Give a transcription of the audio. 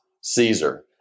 Caesar